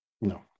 no